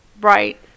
Right